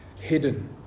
hidden